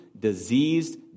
diseased